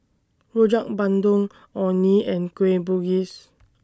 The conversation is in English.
Rojak Bandung Orh Nee and Kueh Bugis